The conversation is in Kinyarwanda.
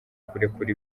kurekura